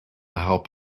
help